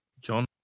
John